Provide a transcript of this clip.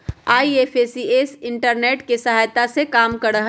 IMPS internet के सहायता से काम करा हई